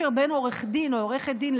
ברוך השם,